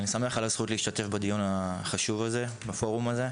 אני שמח על הזכות להשתתף בדיון החשוב הזה בפורום הזה,